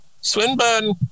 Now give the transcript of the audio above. Swinburne